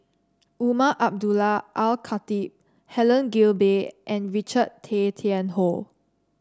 Umar Abdullah Al Khatib Helen Gilbey and Richard Tay Tian Hoe